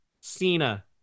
Cena